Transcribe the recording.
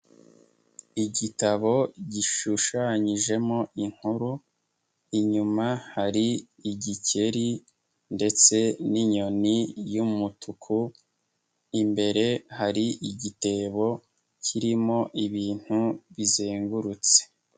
Igitabo gishushanyijemo inkuru, inyuma hari igikeri ndetse n'inyoni y'umutuku, imbere hari igitebo kirimo ibintu bizengurutse.